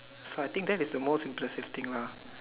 so I think that is the most impressive thing lah